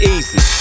Easy